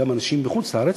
גם אנשים בחוץ-לארץ,